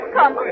Come